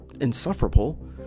insufferable